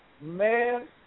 man